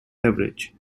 leverage